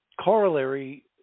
corollary